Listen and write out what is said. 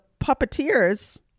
puppeteers